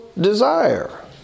desire